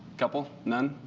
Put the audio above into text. couple? none?